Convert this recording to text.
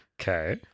Okay